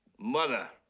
mother,